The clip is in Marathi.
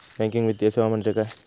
बँकिंग वित्तीय सेवा म्हणजे काय?